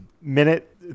minute